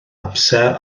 amser